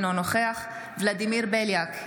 אינו נוכח ולדימיר בליאק,